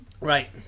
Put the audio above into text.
Right